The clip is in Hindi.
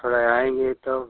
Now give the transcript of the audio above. थोड़ा आएँगे तब